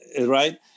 right